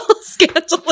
scandalous